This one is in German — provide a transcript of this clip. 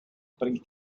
bringt